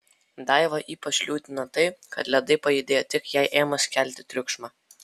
daivą ypač liūdina tai kad ledai pajudėjo tik jai ėmus kelti triukšmą